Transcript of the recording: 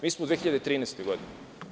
Mi smo u 2013. godini.